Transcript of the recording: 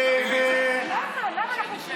אני.